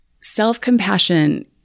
self-compassion